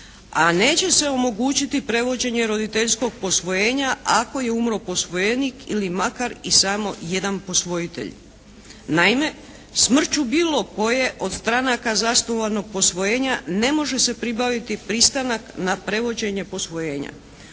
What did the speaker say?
a neće se omogućiti prevođenje roditeljskog posvojenja ako je umro posvojenik ili makar i samo jedan posvojitelj. Naime, smrću bilo koje od stranaka zasnovanog posvojenja ne može se pribaviti pristanak na prevođenje posvojenja.